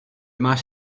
máš